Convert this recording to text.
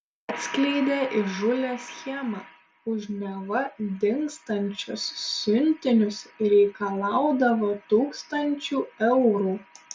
atskleidė įžūlią schemą už neva dingstančius siuntinius reikalaudavo tūkstančių eurų